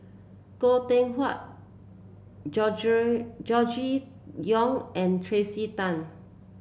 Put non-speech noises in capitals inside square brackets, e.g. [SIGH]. Goh Teck Phuan [UNINTELLIGIBLE] Gregory Yong and Tracey Tan